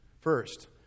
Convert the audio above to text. First